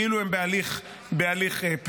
כאילו הם בהליך פלילי.